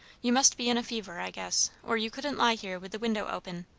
you must be in a fever, i guess, or you couldn't lie here with the window open.